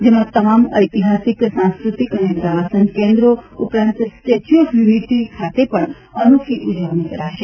જેમાં તમામ ઐતિહાસિક સાંસ્ક્રતિક અને પ્રવાસન કેન્દ્રો ઉપરાંત સ્ટેચ્યુ ઓફ યુનિટી ખાતે પણ અનોખી ઉજવણી કરાશે